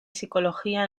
psicología